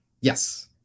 Yes